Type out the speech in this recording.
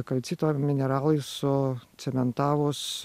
kalcito mineralai sucementavus